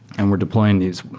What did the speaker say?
and we're deploying these